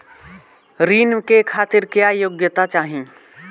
ऋण के खातिर क्या योग्यता चाहीं?